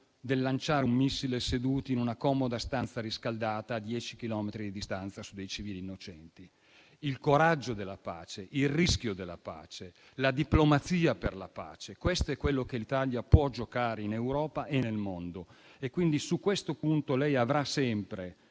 del lanciare un missile, seduti in una comoda stanza riscaldata, a dieci chilometri di distanza, su dei civili innocenti. Il coraggio della pace, il rischio della pace, la diplomazia per la pace: questo è il ruolo che l'Italia può giocare, in Europa e nel mondo. Quindi, su questo punto, lei avrà sempre